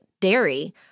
dairy